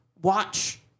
watch